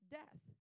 death